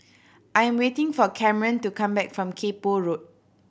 I am waiting for Camron to come back from Kay Poh Road